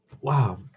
wow